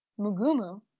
Mugumu